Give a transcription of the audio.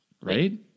Right